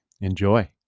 Enjoy